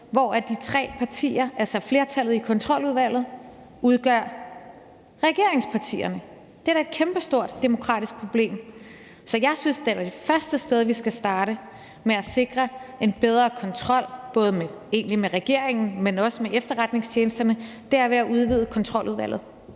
hvoraf de tre partier, altså flertallet i Kontroludvalget, udgør regeringspartierne. Det er da et kæmpestort demokratisk problem. Så jeg synes, det er det første sted, vi skal starte med at sikre en bedre kontrol, både med regeringen, men også med efterretningstjenesterne, nemlig ved at udvide Kontroludvalget.